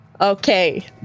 Okay